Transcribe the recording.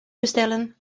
bestellen